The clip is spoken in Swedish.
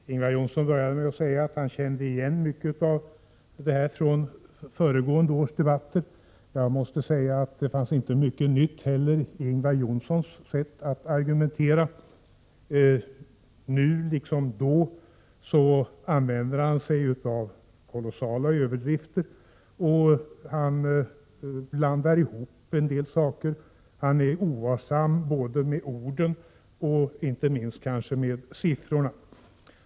Herr talman! Ingvar Johnsson började med att säga att han kände igen mycket av det som sagts från föregående års debatter. Jag måste säga att det fanns inte heller mycket nytt i Ingvar Johnssons sätt att argumentera. Nu liksom tidigare använder han sig av kolossala överdrifter, och han blandar ihop en del saker. Ingvar Johnsson är ovarsam med orden och inte minst med siffrorna.